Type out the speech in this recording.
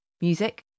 music